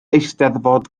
eisteddfod